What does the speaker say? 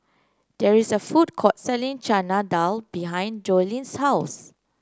there is a food court selling Chana Dal behind Joellen's house